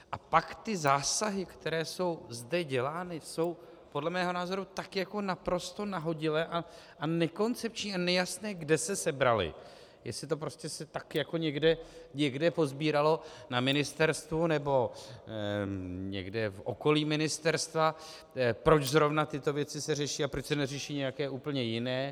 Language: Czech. A pak ty zásahy, které jsou zde dělány, jsou podle mého názoru tak jako naprosto nahodile a nekoncepčně, není jasné, kde se sebraly, jestli to prostě se tak jako někde posbíralo na ministerstvu nebo někde v okolí ministerstva, proč zrovna tyto věci se řeší a proč se neřeší nějaké úplně jiné.